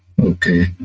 okay